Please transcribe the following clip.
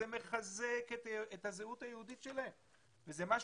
זה מחזק את הזהות היהודית שלהם וזה משהו,